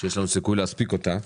שיש לנו סיכוי להספיק אותה.